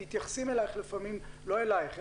מתייחסים אלייך לפעמים לא אלייך,